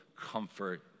comfort